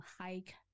hike